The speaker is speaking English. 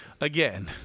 Again